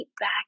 back